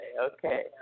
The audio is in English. okay